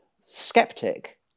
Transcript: skeptic